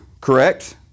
Correct